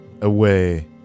away